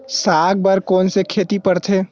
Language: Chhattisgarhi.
साग बर कोन से खेती परथे?